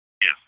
Yes